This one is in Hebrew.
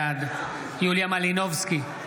בעד יוליה מלינובסקי,